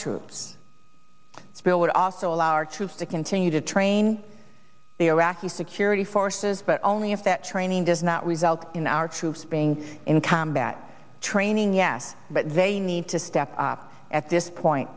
troops bill would also allow our troops to continue to train the iraqi security forces but only if that training does not result in our troops being in combat training yes but they need to step up at this point